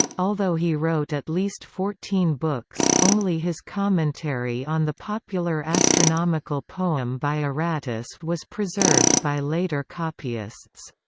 although he wrote at least fourteen books, only his commentary on the popular astronomical poem by aratus was preserved by later copyists.